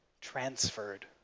transferred